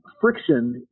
friction